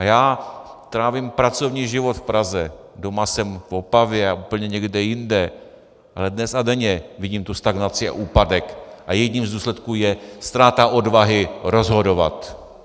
Já trávím pracovní život v Praze, doma jsem v Opavě a úplně někde jinde, ale dnes a denně vidím tu stagnaci a úpadek a jedním z důsledků je ztráta odvahy rozhodovat.